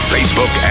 Facebook